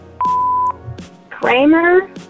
Kramer